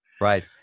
right